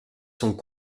sont